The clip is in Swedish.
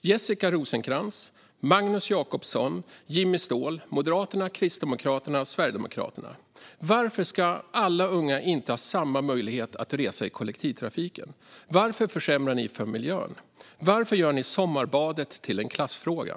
Jessica Rosencrantz, Magnus Jacobsson och Jimmy Ståhl - Moderaterna, Kristdemokraterna och Sverigedemokraterna! Varför ska inte alla unga ha samma möjlighet att resa i kollektivtrafiken? Varför försämrar ni för miljön? Varför gör ni sommarbadet till en klassfråga?